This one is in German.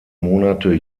monate